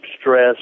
stress